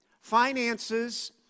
finances